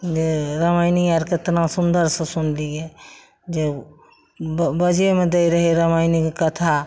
जे रामायणी अर केतना सुन्दरसँ सुनलियै जे बऽ बाजेमे दै रहय रामायणीके कथा